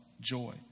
joy